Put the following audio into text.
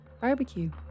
Barbecue